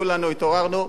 כולנו התעוררנו,